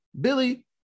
Billy